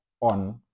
on